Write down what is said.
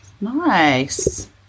Nice